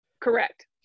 Correct